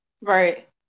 Right